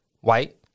white